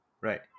right